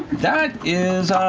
that is,